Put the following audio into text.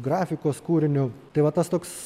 grafikos kūriniu tai vat tas toks